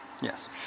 Yes